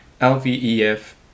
LVEF